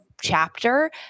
chapter